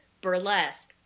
burlesque